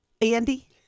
Andy